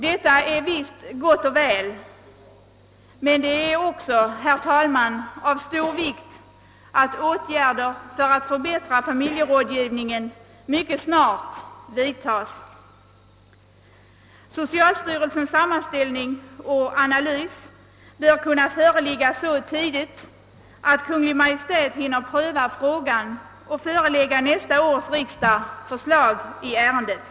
Detta är gott och väl, men det är också, herr talman, av stor vikt att åtgärder vidtas mycket snart för att förbättra familjerådgivningen. Socialstyrelsens sammanställning och analys bör kunna föreligga så tidigt, att Kungl. Maj:t kan hinna pröva frågan och förelägga nästa års riksdag förslag i ärendet.